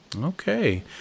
Okay